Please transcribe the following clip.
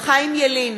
חיים ילין,